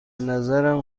نظرم